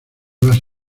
vas